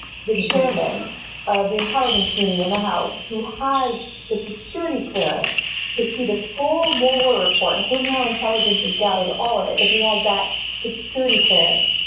the chairman of the intelligence community in the house who has the security clearance to see the full mueller report, including how intelligence is gathered, all of it because he has that security clearance.